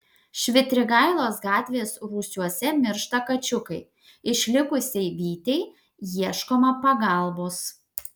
švitrigailos gatvės rūsiuose miršta kačiukai išlikusiai vytei ieškoma pagalbos